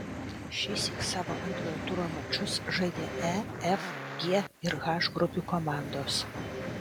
šįsyk savo antrojo turo mačus žaidė e f g ir h grupių komandos